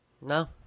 No